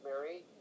Mary